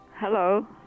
Hello